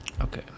okay